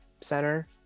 Center